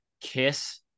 kiss